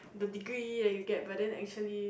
the degree that you get but then actually